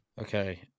okay